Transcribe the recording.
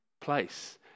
place